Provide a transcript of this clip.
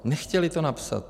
Nechtěli to napsat.